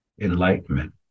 enlightenment